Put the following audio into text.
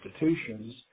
institutions